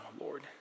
Lord